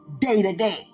day-to-day